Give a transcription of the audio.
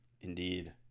Indeed